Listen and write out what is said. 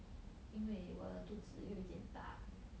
因为我的肚子有一点大